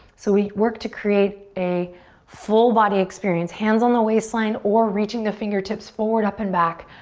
so we worked to create a full body experience. hands on the waistline or reaching the fingertips forward, up and back,